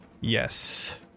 Yes